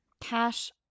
Cash